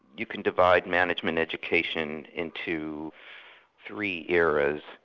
you can divide management education into three eras,